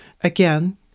Again